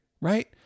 right